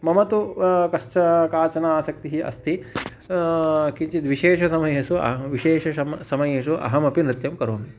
मम तु कश्चन काचन आसक्तिः अस्ति किञ्चिद् विशेषसमयेषु अहं विशेषं समयेषु अहमपि नृत्यं करोमि